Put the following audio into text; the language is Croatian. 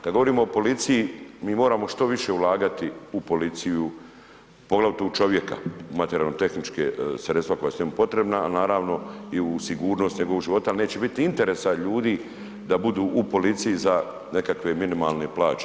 Kad govorimo o policiji mi moramo što više ulagati u policiju, poglavito u čovjeka, u materijalno tehničke sredstva koja su njemu potrebna, a naravno i u sigurnost njegova života jer neće biti interesa ljudi da budu u policiji za nekakve minimalne plaće.